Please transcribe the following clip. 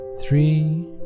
three